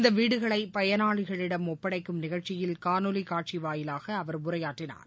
இந்த வீடுகளை பயனாளிகளிடம் ஒப்படைக்கும் நிகழ்ச்சியில் காணொலிக் காட்சி வாயிலாக அவர் உரையாற்றினார்